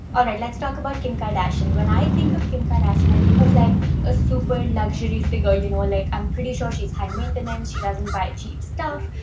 all right, let's talk about kim kardashian. when i think of kim kardashian, i think of like a super luxury figure. you know, like i'm pretty sure she's high maintenance. she doesn't buy cheap stuff.